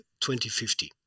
2050